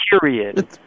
Period